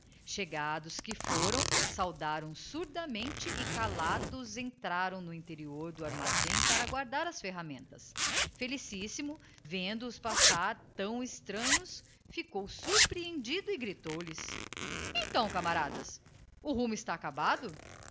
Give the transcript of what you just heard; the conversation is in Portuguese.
chegados que foram saudaram surdamente e calados entraram no interior do armazém para guardar as ferramentas felicissimo vendo-os passar tão extranhos licou surprehendido e gritou lhes então camaradas o rumo está acabado